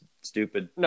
stupid